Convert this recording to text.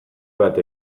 bat